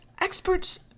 experts